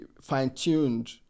fine-tuned